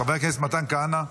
חבר הכנסת מתן כהנא.